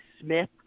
Smith